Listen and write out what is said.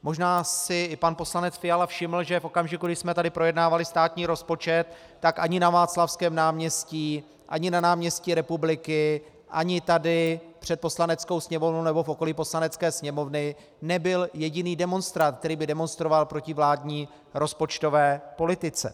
Možná si pan poslanec Fiala všiml, že v okamžiku, kdy jsme tady projednávali státní rozpočet, tak ani na Václavském náměstí ani na náměstí Republiky ani tady před Poslaneckou sněmovnou nebo v okolí Poslanecké sněmovny nebyl jediný demonstrant, který by demonstroval proti vládní rozpočtové politice.